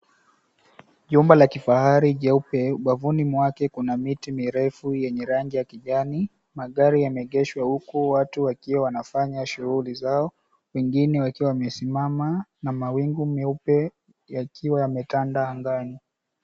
Jumba la kifahari jeupe, ubavuni mwake kuna miti mirefu yenye rangi ya kijani. Magari yamegeshwa huku watu wakiwa wanafanya shughuli zao, wengine wakiwa wamesimama na mawingu meupe yakiwa yametanda angani.